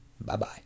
Bye-bye